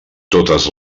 totes